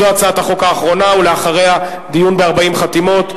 זו הצעת החוק האחרונה, ולאחריה, דיון ב-40 חתימות: